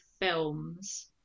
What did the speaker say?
films